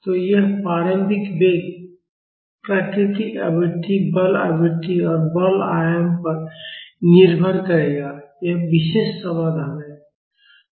तो यह प्रारंभिक वेग प्राकृतिक आवृत्ति बल आवृत्ति और बल आयाम पर निर्भर करेगा यह विशेष समाधान है